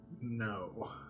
No